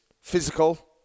physical